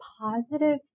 positive